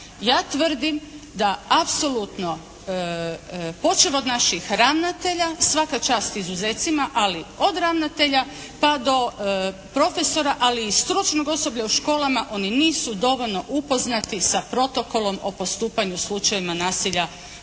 Ja tvrdim da apsolutno počev od naših ravnatelja, svaka čast izuzecima, ali od ravnatelja pa do profesora ali i stručnog osoblja u školama oni nisu dovoljno upoznati sa protokolom o postupanju slučajevima nasilja